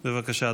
בבקשה,